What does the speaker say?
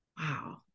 wow